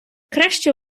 краще